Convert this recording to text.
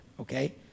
okay